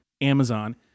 Amazon